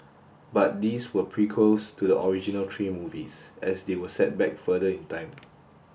but these were prequels to the original three movies as they were set back further in time